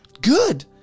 Good